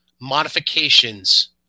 modifications